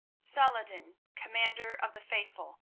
salah-ed-din, commander of the faithful,